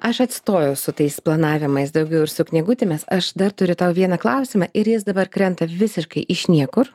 aš atstoju su tais planavimais daugiau ir su knygutėmis aš dar turiu tau vieną klausimą ir jis dabar krenta visiškai iš niekur